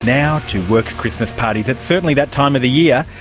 now to work christmas parties. it's certainly that time of the year.